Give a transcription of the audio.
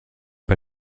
pas